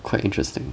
quite interesting